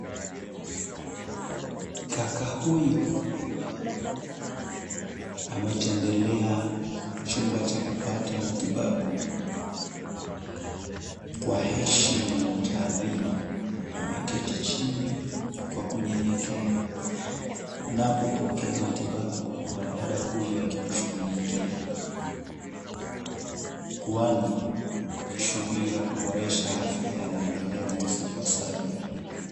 Kaka huyu ametembelea chumba cha kupata matibabu. Kwa heshima na taadhima, ameketi chini kwa kunyenyekea anapopokea matitabu mwanadada huyu akimshughulikia, kwani shughuli za kuboresha afya yanaendelea jinsi ipasavyo.